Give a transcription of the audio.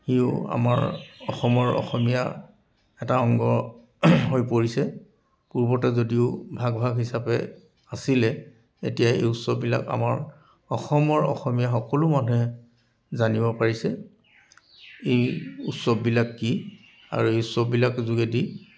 সিও আমাৰ অসমৰ অসমীয়া এটা অংগ হৈ পৰিছে পূৰ্বতে যদিও ভাগ ভাগ হিচাপে আছিলে এতিয়া এই উৎসৱবিলাক আমাৰ অসমৰ অসমীয়া সকলো মানুহে জানিব পাৰিছে এই উৎসৱবিলাক কি আৰু এই উৎসৱবিলাক যোগেদি